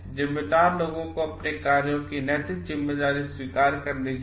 जिम्मेदार लोगों को अपने कार्यों की नैतिक जिम्मेदारी स्वीकार करनी चाहिए